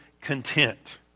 content